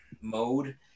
mode